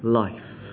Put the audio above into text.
life